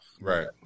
right